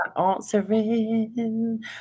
answering